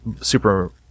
super